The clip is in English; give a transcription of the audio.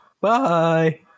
Bye